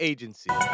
Agency